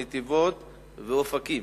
נתיבות ואופקים.